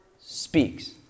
speaks